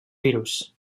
virus